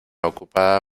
ocupada